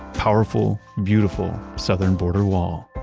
powerful, beautiful southern border wall.